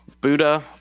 Buddha